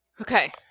Okay